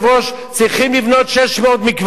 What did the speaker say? צריך לבנות 600 מקוואות בצה"ל.